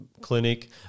clinic